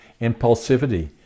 impulsivity